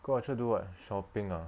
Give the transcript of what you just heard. go orchard do what shopping ah